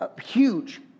huge